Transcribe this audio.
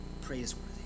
praiseworthy